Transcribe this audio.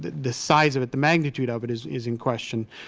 the the size of it, the magnitude of it is is in question.